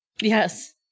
yes